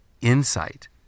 insight